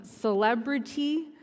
celebrity